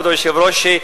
כבוד היושב-ראש,